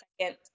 second